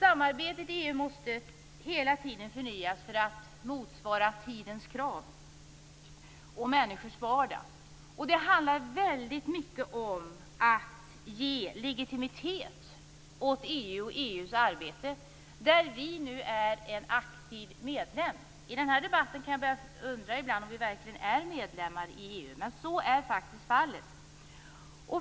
Samarbetet i EU måste hela tiden förnyas för att motsvara tidens krav och människors vardag. Det handlar väldigt mycket om att ge legitimitet åt EU och EU:s arbete, där vi nu är en aktiv medlem. I den här debatten kan man börja undra om vi verkligen är medlem i EU men så är faktiskt fallet.